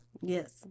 Yes